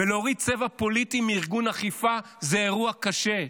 ולהוריד צבע פוליטי מארגון אכיפה, זה אירוע קשה.